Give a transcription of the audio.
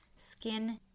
skin